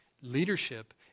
Leadership